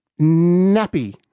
Nappy